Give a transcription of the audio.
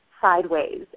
sideways